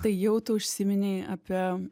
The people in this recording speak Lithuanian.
tai jau tu užsiminei apie